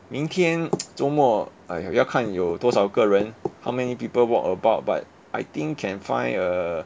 明天 周末 !aiya! 要看有多少个人 how many people walk about but I think can find a